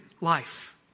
life